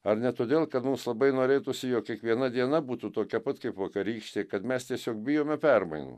ar ne todėl kad mums labai norėtųsi jog kiekviena diena būtų tokia pat kaip vakarykštė kad mes tiesiog bijome permainų